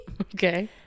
Okay